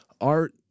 Art